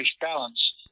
balance